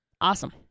Awesome